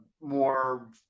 more